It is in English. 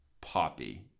poppy